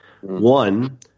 One